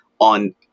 on